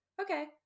okay